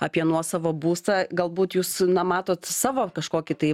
apie nuosavą būstą galbūt jūs na matot savo kažkokį tai